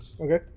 Okay